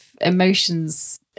emotions